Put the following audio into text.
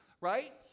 right